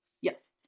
Yes